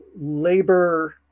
labor